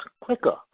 quicker